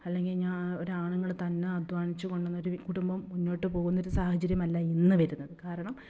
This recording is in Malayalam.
അല്ലെങ്കിൽ ഞാൻ ഒരാണുങ്ങൾ തന്നെ അദ്ധ്വാനിച്ച് കൊണ്ട് വന്ന് ഒരു കുടുംബം മുന്നോട്ട് പോകുന്നൊരു സാഹചര്യമല്ല ഇന്ന് വരുന്നത് കാരണം